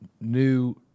new